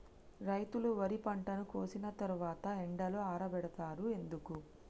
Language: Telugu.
రైతులు వరి పంటను కోసిన తర్వాత ఎండలో ఆరబెడుతరు ఎందుకు?